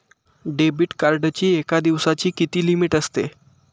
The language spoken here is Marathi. डेबिट कार्डची एका दिवसाची किती लिमिट असते?